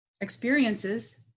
experiences